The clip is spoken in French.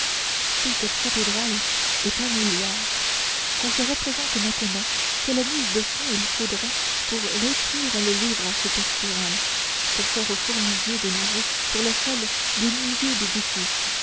toute cathédrale est un milliard qu'on se représente maintenant quelle mise de fonds il faudrait pour récrire le livre architectural pour faire fourmiller de nouveau sur le sol des milliers d'édifices